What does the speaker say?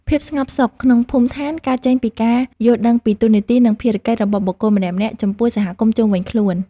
ភាពស្ងប់សុខក្នុងភូមិឋានកើតចេញពីការយល់ដឹងពីតួនាទី និងភារកិច្ចរបស់បុគ្គលម្នាក់ៗចំពោះសហគមន៍ជុំវិញខ្លួន។